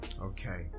Okay